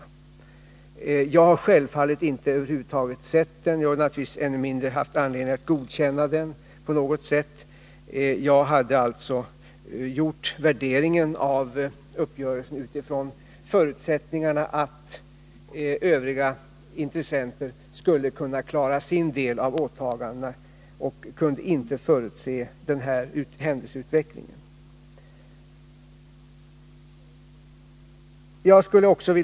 Jag har självfallet över huvud taget inte sett den skrivelsen och ännu mindre haft anledning godkänna den på något sätt. Jag hade alltså gjort värderingen av uppgörelsen utifrån förutsättningarna att övriga intressenter skulle kunna klara sin del av åtagandena, och jag kunde inte förutse den här händelseutvecklingen.